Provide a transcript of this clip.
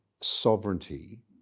sovereignty